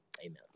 amen